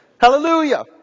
Hallelujah